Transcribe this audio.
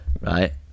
right